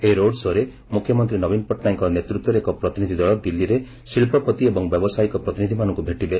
ଏହି ରୋଡ୍ ଶୋ'ରେ ମୁଖ୍ୟମନ୍ତୀ ନବୀନ ପଟ୍ଟନାୟକଙ୍କ ନେତୃତ୍ୱରେ ଏକ ପ୍ରତିନିଧି ଦଳ ଦିଲ୍ଲୀରେ ଶିକ୍ରପତି ଏବଂ ବ୍ୟବସାୟିକ ପ୍ରତିନିଧିମାନଙ୍କୁ ଭେଟିବେ